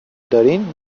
دارین